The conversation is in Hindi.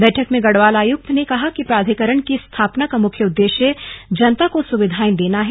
बैठक में गढ़वाल आयुक्त ने कहा कि प्राधिकरण की स्थापना का मुख्य उद्देश्य जनता को सुविधाएं देना है